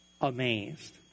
amazed